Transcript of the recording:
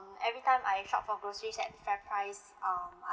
every time I shop for groceries at FairPrice um I